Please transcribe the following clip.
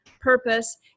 purpose